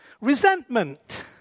Resentment